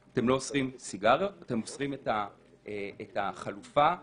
אני כרגע שם בצד את הנושא האם זה יותר או פחות